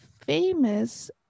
famous